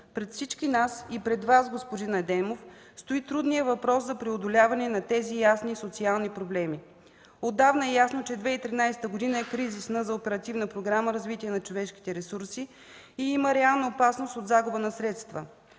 Пред всички нас и пред Вас, господин Адемов, стои трудният въпрос за преодоляване на тези ясни социални проблеми. Отдавна е ясно, че 2013 г. е кризисна за Оперативна програма „Развитие на човешките ресурси” и има реална опасност от загуба на средства.